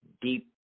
deep –